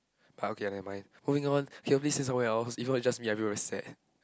but okay never mind moving on can we please say something else is it just me or it's everyone sad